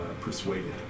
persuaded